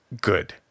good